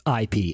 IP